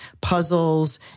puzzles